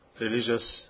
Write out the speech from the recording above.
religious